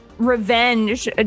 revenge